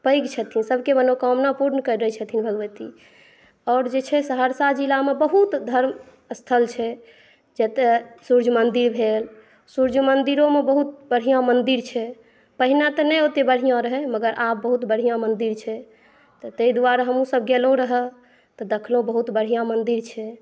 पैघ छथिन सभकेँ मनोकमना पुर्ण करै छथिन भगवती आओर जे छै सहरसा जिलामे बहुत धर्मस्थल छै जते सुर्य मन्दिर भेल सुर्य मन्दिरोमे बहुत बढ़िऑं मन्दिर छै पहिने तऽ नहि ओते बढ़िऑं रहै लेकिन आब बहुत बढ़िऑं मन्दिर छै तऽ तै दुआरे हमहुँ सभ गेलहुँ रहऽ तऽ देखलहुँ बहुत बढ़िऑं मन्दिर छै